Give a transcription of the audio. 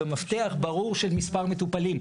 במפתח ברור של מספר מטופלים,